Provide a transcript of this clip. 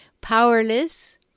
powerless